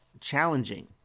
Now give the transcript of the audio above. challenging